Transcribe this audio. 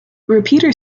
repeater